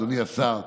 אדוני השר,